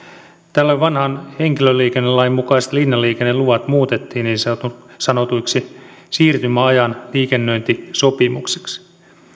tällöin vanhan henkilöliikennelain mukaiset linjaliikenneluvat muutettiin niin sanotuiksi siirtymäajan liikennöintisopimuksiksi